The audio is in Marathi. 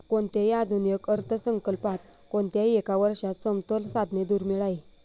कोणत्याही आधुनिक अर्थसंकल्पात कोणत्याही एका वर्षात समतोल साधणे दुर्मिळ आहे